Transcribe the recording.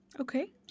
Okay